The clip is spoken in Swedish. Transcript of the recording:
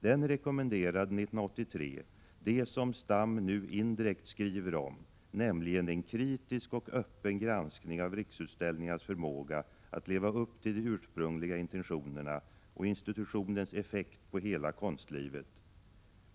Den rekommenderade 1983 ”det som Stam nu indirekt skriver om, nämligen en kritisk och öppen granskning av Riksutställningars förmåga att leva upp till de ursprungliga intentionerna och institutionens effekt på hela konstlivet.